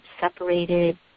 separated